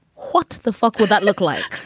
what the fuck would that look like?